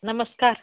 नमस्कार